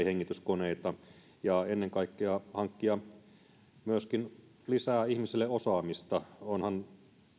hengityskoneita ja ennen kaikkea hankkia myöskin ihmisille lisää osaamista onhan